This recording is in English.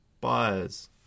buyers